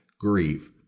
grieve